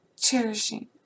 cherishing